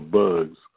bugs